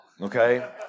okay